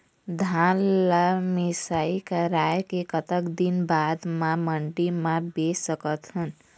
धान ला मिसाई कराए के कतक दिन बाद मा मंडी मा बेच सकथन?